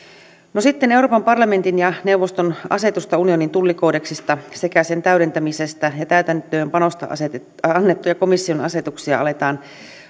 euroopan parlamentin ja neuvoston asetusta unionin tullikoodeksista sekä sen täydentämisestä ja täytäntöönpanosta annettuja komission asetuksia aletaan